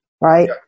right